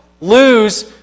lose